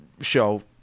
show